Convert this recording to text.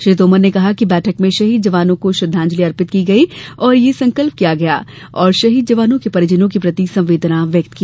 श्री तोमर ने कहा कि बैठक में शहीद जवानों को श्रद्वांजलि अर्पित की गई और यह संकल्प किया और शहीद जवानों के परिजनों के प्रति संवेदना व्यक्त की